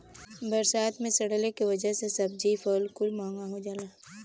बरसात मे सड़ले के वजह से सब्जी फल कुल महंगा हो जाला